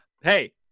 Hey